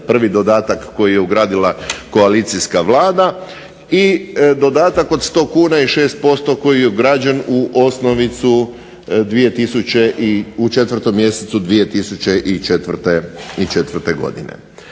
prvi dodatak koji je ugradila koalicijska vlada. I dodatak od 100 kuna i 6% koji je ugrađen u osnovicu u 4. mjesecu 2004. godine.